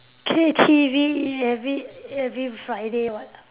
K_T_V every every Friday [what]